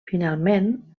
finalment